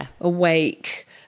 awake